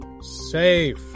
safe